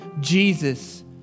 Jesus